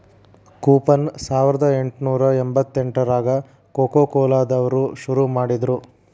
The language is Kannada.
ಕೂಪನ್ ಸಾವರ್ದಾ ಎಂಟ್ನೂರಾ ಎಂಬತ್ತೆಂಟ್ರಾಗ ಕೊಕೊಕೊಲಾ ದವ್ರು ಶುರು ಮಾಡಿದ್ರು